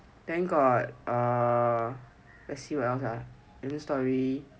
thank god err let's see what else ah and story